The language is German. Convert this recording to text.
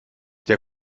der